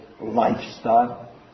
lifestyle